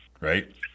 right